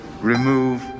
remove